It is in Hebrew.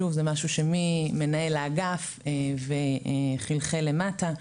שוב, זה משהו שממנהל האגף חילחל למטה.